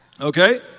Okay